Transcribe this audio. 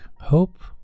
Hope